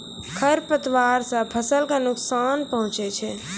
खरपतवार से फसल क नुकसान पहुँचै छै